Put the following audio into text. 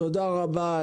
תודה רבה.